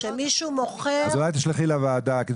אולי תשלחי לוועדה.